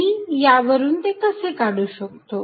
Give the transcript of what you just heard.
मी यावरून ते कसे काढू शकतो